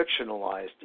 fictionalized